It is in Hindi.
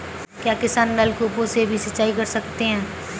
क्या किसान नल कूपों से भी सिंचाई कर सकते हैं?